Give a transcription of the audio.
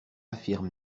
affirme